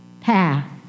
path